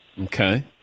Okay